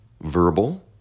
verbal